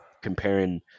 comparing